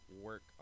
work